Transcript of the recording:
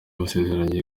basezeranye